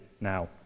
now